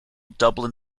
dublin